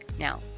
Now